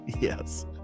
yes